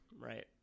right